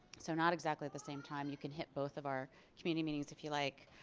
so not exactly the same time you can hit both of our community meetings if you like.